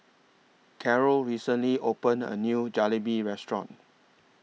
Carole recently opened A New Jalebi Restaurant